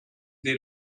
des